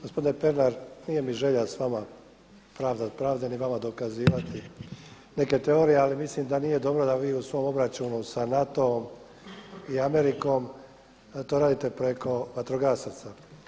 Gospodine Pernar, nije mi želja s vama se pravdati, pravdati ni vama dokazivati neke teorije ali mislim da nije dovoljno da vi u svom obraćanju sa NATO-om i Amerikom to radite preko vatrogasaca.